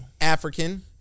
African